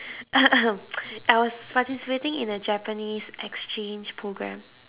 I was participating in a japanese exchange programme